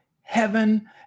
heaven